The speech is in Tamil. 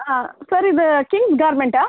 ஆ சார் இது கிங்ஸ் கார்மெண்ட்டா